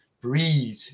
Breathe